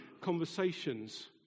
conversations